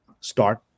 start